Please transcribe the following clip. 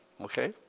okay